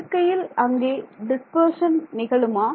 இயற்கையில் அங்கே டிஸ்பர்ஷன் நிகழுமா